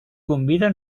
convida